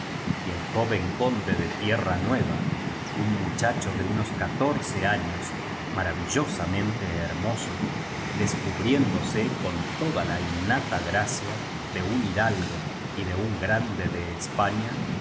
y el joven conde de tierra nueva un muchacho de unos catorce años maravillo samente hermoso descubriéndose con toda la innata gracia de un hidalgo y de un grande de españa